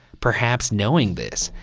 perhaps knowing this,